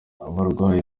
abarwayi